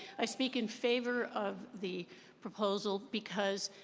i speak in favor of the proposal, because